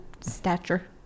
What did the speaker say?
stature